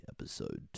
Episode